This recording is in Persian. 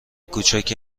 کوچکی